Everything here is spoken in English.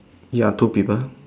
ya two people